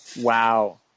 Wow